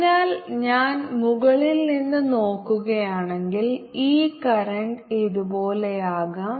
അതിനാൽ ഞാൻ മുകളിൽ നിന്ന് നോക്കുകയാണെങ്കിൽ ഈ കറന്റ് ഇതുപോലെയാകാം